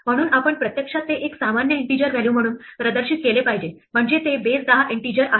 म्हणून आपण प्रत्यक्षात ते एक सामान्य इन्टिजर व्हॅल्यू म्हणून प्रदर्शित केले पाहिजे म्हणजे ते बेस दहा इन्टिजर आहे